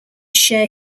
share